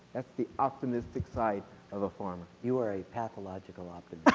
that's the optimistic side of a farmer, you are a pathological um